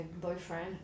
boyfriend